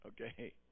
Okay